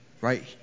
right